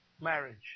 marriage